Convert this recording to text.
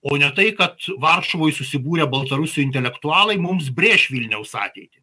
o ne tai kad varšuvoj susibūrę baltarusių intelektualai mums brėš vilniaus ateitį